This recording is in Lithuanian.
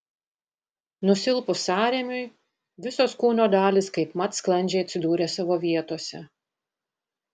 nusilpus sąrėmiui visos kūno dalys kaipmat sklandžiai atsidūrė savo vietose